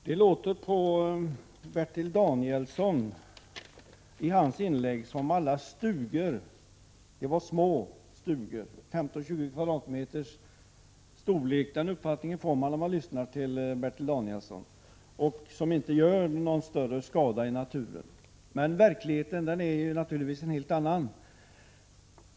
Herr talman! Det låter på Bertil Danielsson som om alla stugor vore små stugor av 15-20 kvadratmeters storlek, som inte gör någon större skada i naturen. Den uppfattningen får man när lyssnar till Bertil Danielssons inlägg. Verkligheten är naturligtvis en helt annan.